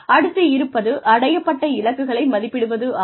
அடுத்து இருப்பது அடையப்பட்ட இலக்குகளை மதிப்பிடுவதாகும்